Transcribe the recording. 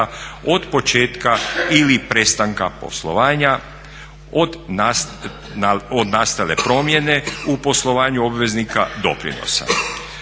od početka ili prestanka poslovanja od nastale promjene u poslovanju obveznika doprinosa.